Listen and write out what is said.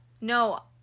No